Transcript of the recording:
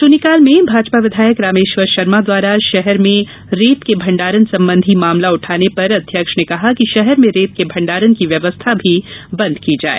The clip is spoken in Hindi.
शून्यकाल में भाजपा विधायक रामेश्वर शर्मा द्वारा शहर में रेत के भंडारण संबंधी मामला उठाने पर अध्यक्ष ने कहा कि शहर में रेत के भंडारण की व्यवस्था भी बंद की जाए